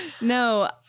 No